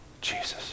Jesus